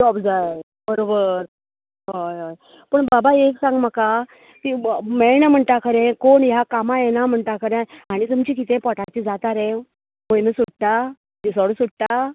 आपोवपाक जाय बरोबर होय होय पूण बाबा एक सांग म्हाका ती मेळना म्हणटा खरें कोण ह्या कामाक येना म्हणटा खरें आनी तुमचे कितेंय पोटाचें जाता रे म्हयनो सुट्टा दिसावडो सुट्टा